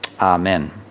Amen